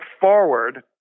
forward